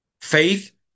faith